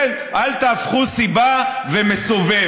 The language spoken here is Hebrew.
כן, אל תהפכו סיבה ומסובב.